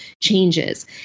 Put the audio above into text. changes